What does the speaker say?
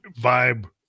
vibe